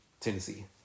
Tennessee